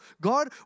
God